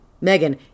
Megan